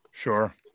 Sure